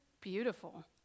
beautiful